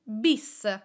Bis